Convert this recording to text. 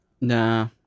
Nah